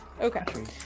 Okay